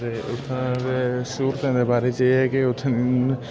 ते उ'त्थां दे स्हूलतें दे बारे च एह् ऐ के उ'त्थें